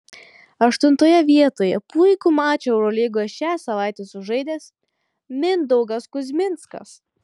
aštuntoje vietoje puikų mačą eurolygoje šią savaitę sužaidęs mindaugas kuzminskas